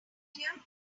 here